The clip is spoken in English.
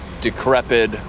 decrepit